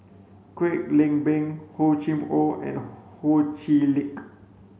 Kwek Leng Beng Hor Chim Or and Ho Chee Lick